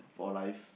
for life